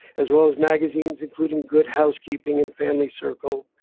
as well as magazines including good housekeeping and family circle.